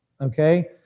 Okay